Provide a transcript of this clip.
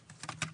כן.